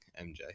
mj